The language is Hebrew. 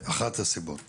זו אחת הסיבות לפחות.